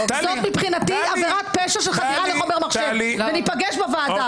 זו מבחינתי עבירת פשעי של חדירה לחומר מחשב וניפגש בוועדה.